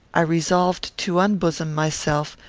i resolved to unbosom myself,